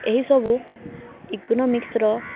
ଏହିସବୁ ଇକୋନୋମିକ୍ସର